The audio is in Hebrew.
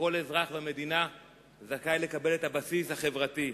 כל אזרח במדינה זכאי לקבל את הבסיס החברתי,